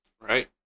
Right